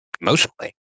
emotionally